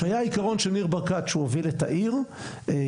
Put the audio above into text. שהיה עיקרון של ניר ברקת שהוא הוביל את העיר ירושלים,